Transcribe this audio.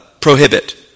prohibit